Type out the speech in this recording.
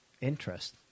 interest